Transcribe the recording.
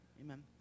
amen